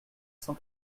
cent